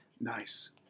Nice